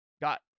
got